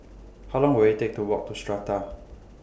How Long Will IT Take to Walk to Strata